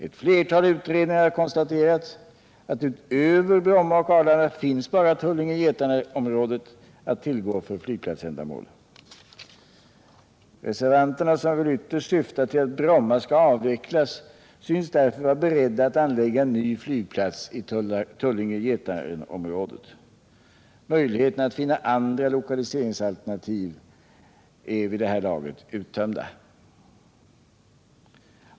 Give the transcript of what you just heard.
Ett flertal utredningar har konstaterat att utöver Bromma och Arlanda finns bara Tullinge Getarenområdet. Möjligheterna att finna andra lokaliseringsalternativ torde vid det här laget vara uttömda.